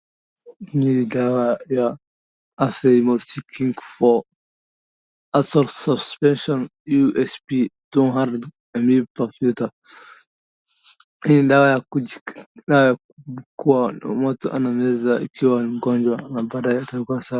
Ni dawa ya Azithromycin for oral suspension, USP 200mg per 5ml hii ni dawa ya kunywa ndio mtu anameza akiwa mgonjwa na baadae atakuwa sawa.